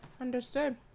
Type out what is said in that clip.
Understood